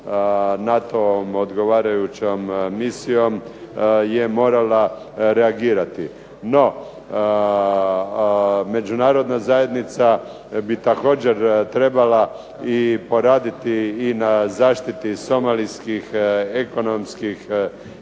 NATO-vom odgovarajućom misijom je morala reagirati. No, Međunarodna zajednica bi također trebala i poraditi i na zaštiti somalijskih ekonomskih